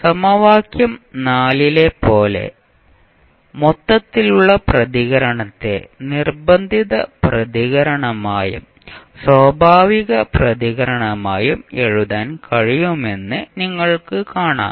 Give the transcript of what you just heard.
സമവാക്യം ലെ പോലെ മൊത്തത്തിലുള്ള പ്രതികരണത്തെ നിർബന്ധിത പ്രതികരണമായും സ്വാഭാവിക പ്രതികരണമായും എഴുതാൻ കഴിയുമെന്ന് നിങ്ങൾക്ക് കാണാം